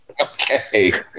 Okay